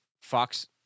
Fox